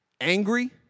angry